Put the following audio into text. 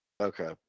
Okay